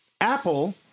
Apple